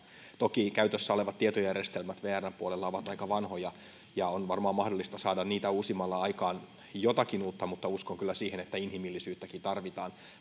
toki käytössä olevat tietojärjestelmät vrn puolella ovat aika vanhoja ja on varmaan mahdollista saada niitä uusimalla aikaan jotakin uutta mutta uskon kyllä siihen että inhimillisyyttäkin tarvitaan